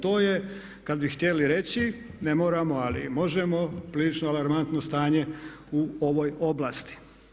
To je kad bi htjeli reći ne moramo, ali možemo prilično alarmantno stanje u ovoj oblasti.